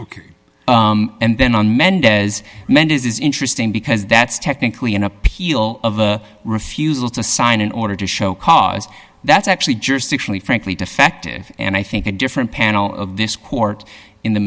right and then on mendez mendez is interesting because that's technically an appeal of a refusal to sign an order to show cause that's actually jurisdictionally frankly defective and i think a different panel of this court in the